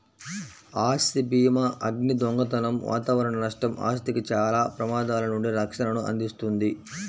ఆస్తి భీమాఅగ్ని, దొంగతనం వాతావరణ నష్టం, ఆస్తికి చాలా ప్రమాదాల నుండి రక్షణను అందిస్తుంది